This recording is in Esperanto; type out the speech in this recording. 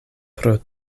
pro